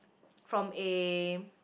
from a